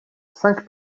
cinq